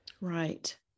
Right